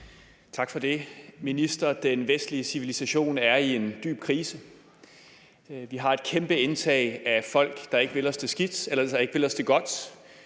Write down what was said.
Tak for det. Minister, den vestlige civilisation er i en dyb krise. Vi har et kæmpe indtag af folk, der ikke vil os det godt. Vi har ladet os